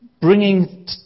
bringing